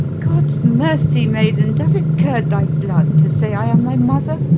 god's mercy, maiden! does it curd thy blood to say i am thy mother?